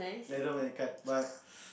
I don't mind a card but